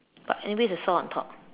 but anyway is a saw on top